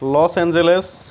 Los Angeles